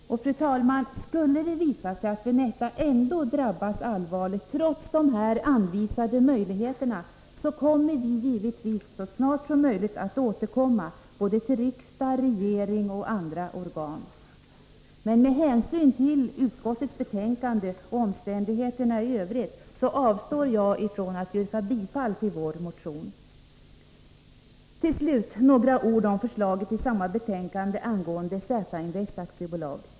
Fru talman! Skulle det visa sig att Vinetta, trots de här anvisade möjligheterna, ändå drabbas allvarligt, återkommer vi givetvis så snart som möjligt, såväl till riksdag och regering som till andra organ. Med hänsyn till utskottets betänkande och omständigheterna i övrigt avstår jag från att yrka bifall till vår motion. Till slut några ord om förslaget i samma betänkande angående Z-invest AB.